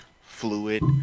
fluid